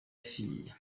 fille